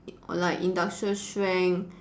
or like industrial strength